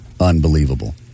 unbelievable